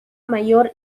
mayor